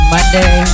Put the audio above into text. Monday